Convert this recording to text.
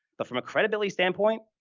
but from a credibility standpoint,